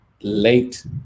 late